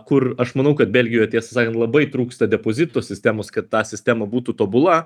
kur aš manau kad belgijoje tiesą sakant labai trūksta depozito sistemos kad ta sistema būtų tobula